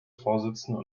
vorsitzende